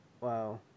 Wow